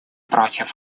против